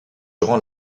durant